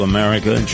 America